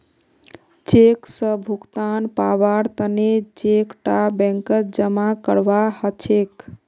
cheque स भुगतान पाबार तने चेक टा बैंकत जमा करवा हछेक